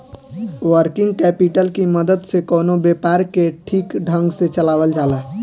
working capital की मदद से कवनो व्यापार के ठीक ढंग से चलावल जाला